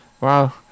Wow